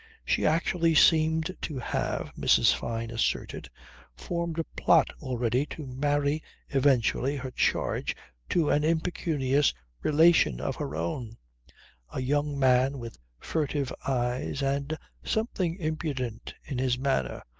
she actually seemed to have mrs. fyne asserted formed a plot already to marry eventually her charge to an impecunious relation of her own a young man with furtive eyes and something impudent in his manner,